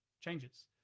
changes